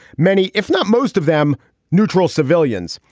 many, if not most of them neutral civilians,